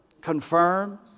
confirm